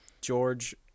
George